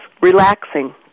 relaxing